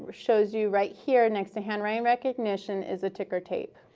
shows you right here next to handwriting recognition is the ticker tape.